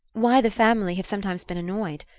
why the family have sometimes been annoyed?